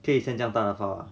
可以 send 这样的 file ah